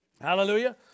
Hallelujah